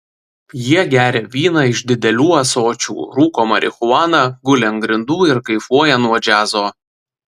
jie geria vyną iš didelių ąsočių rūko marihuaną guli ant grindų ir kaifuoja nuo džiazo